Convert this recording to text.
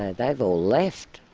ah they've all left.